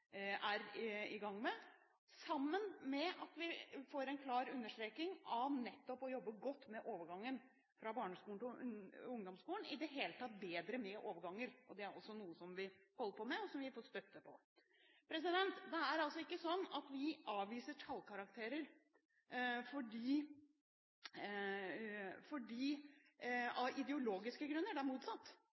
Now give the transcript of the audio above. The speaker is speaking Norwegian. er i gang med, sammen med at vi får en klar understreking av nettopp det å jobbe godt med overgangen fra barneskolen til ungdomsskolen, i det hele tatt å jobbe bedre med overganger. Det er også noe som vi holder på med, og som vi har fått støtte på. Det er altså ikke sånn at vi avviser tallkarakterer av ideologiske grunner – det er motsatt.